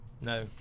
no